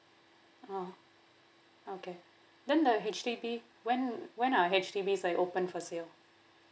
oh okay then the H_D_B when when are HDBs like open for sale